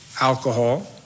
alcohol